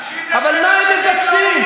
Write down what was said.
אבל מה הם מבקשים?